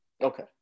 Okay